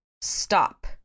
Stop